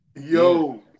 Yo